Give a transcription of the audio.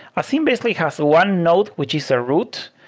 a scene basically has one node, which is a root,